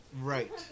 Right